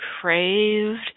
craved